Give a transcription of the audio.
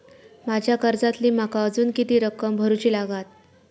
माझ्या कर्जातली माका अजून किती रक्कम भरुची लागात?